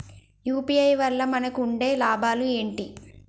UPI వల్ల మనకు ఉండే లాభాలు ఏంటి?